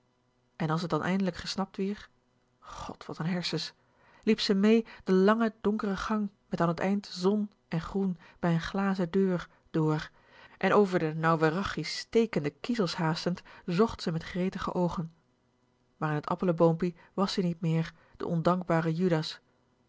en as t dan eindelijk gesnapt wier god wat n hersens liep ze mee de lange donkere gang met an t eind zon en groen bij n glazen deur door en over de nou werachies stekende kiezels haastend zocht ze met gretige oogen maar in t appelenboompie was ie niet meer de ondankbare judas